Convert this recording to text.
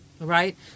Right